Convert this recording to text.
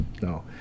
No